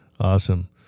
Awesome